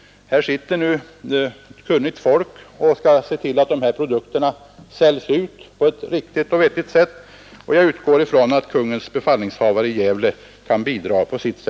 Här sitter nu kunnigt folk och skall se till att produkterna säljs ut på ett riktigt och vettigt sätt, och jag utgår från att Konungens befallningshavande i Gävle då kan bidra i sin mån också.